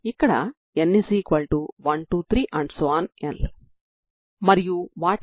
n0123 కు nxcos 2n1πx2L లు ఐగెన్ ఫంక్షన్లు అవుతాయి